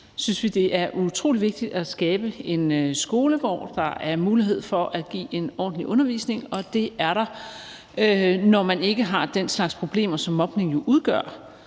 synes vi, det er utrolig vigtigt at skabe en skolegård, der giver mulighed for at give en ordentlig undervisning, og det er der, når man ikke har den slags problemer, som mobning jo udgør.